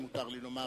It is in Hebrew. אם מותר לי לומר,